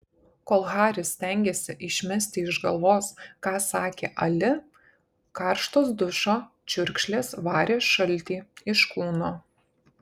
kol haris stengėsi išmesti iš galvos ką sakė ali karštos dušo čiurkšlės varė šaltį iš kūno